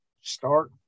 Start